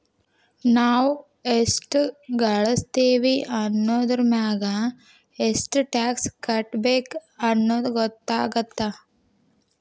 ನಾವ್ ಎಷ್ಟ ಗಳಸ್ತೇವಿ ಅನ್ನೋದರಮ್ಯಾಗ ಎಷ್ಟ್ ಟ್ಯಾಕ್ಸ್ ಕಟ್ಟಬೇಕ್ ಅನ್ನೊದ್ ಗೊತ್ತಾಗತ್ತ